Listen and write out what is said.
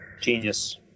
Genius